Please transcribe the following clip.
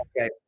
Okay